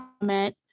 comment